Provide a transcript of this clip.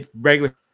regular